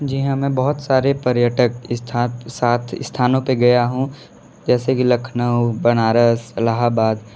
जी हमें बहुत सारे पर्यटक स्थात साथ स्थानों पे गया हूँ जैसे कि लखनऊ बनारस इलाहाबाद